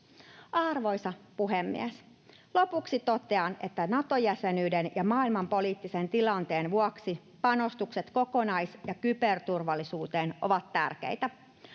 Arvoisa puhemies! Lopuksi totean, että Nato-jäsenyyden ja maailmanpoliittisen tilanteen vuoksi panostukset kokonais- ja kyberturvallisuuteen ovat tärkeitä.